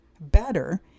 better